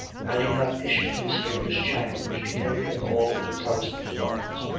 had he not issued his famous challenge to any and all of the protestant divines,